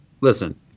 listen